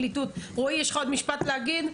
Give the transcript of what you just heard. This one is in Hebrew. רועי, יש לך עוד משפט לומר?